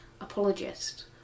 apologist